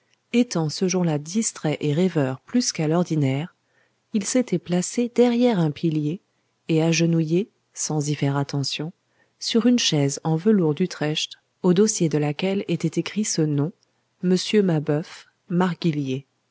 étant ce jour-là distrait et rêveur plus qu'à l'ordinaire il s'était placé derrière un pilier et agenouillé sans y faire attention sur une chaise en velours d'utrecht au dossier de laquelle était écrit ce nom monsieur mabeuf